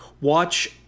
Watch